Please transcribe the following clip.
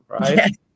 right